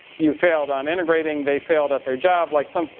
you failed on integrating, they failed at their job. like some,